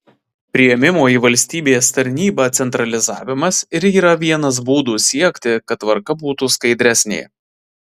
priėmimo į valstybės tarnybą centralizavimas ir yra vienas būdų siekti kad tvarka būtų skaidresnė